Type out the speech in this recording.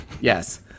Yes